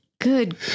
Good